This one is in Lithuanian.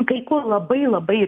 kai kur labai labai